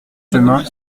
chemin